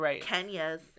Kenya's